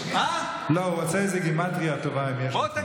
לא, הוא רוצה איזו גימטרייה טובה, אם יש לך.